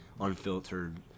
unfiltered